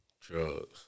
Drugs